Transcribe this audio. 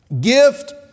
gift